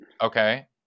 Okay